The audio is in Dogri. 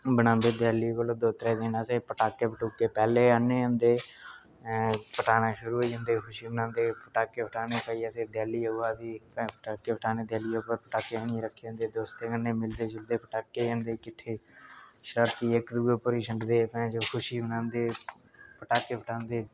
मनांदे देआली कोला दो त्रै दिन ते पटाखे पुटुखे पैह्लें गै आह्न्ने दे हुंदे ते फटाना शुरु होई जंदे खुशी मनांदे पटाखे फटाने भई असें देआली आवै दी भी पटाखे फटाने पटाखे आह्न्नियै रक्खे दे होंदे दोस्तें कन्नै मिलदे जुलदे पटाखे होंदे किट्ठे शरारती इक दूए उप्पर छंडदे भी अस खुशी मनांदे पटाखे फटांदे